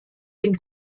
den